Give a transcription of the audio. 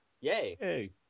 Yay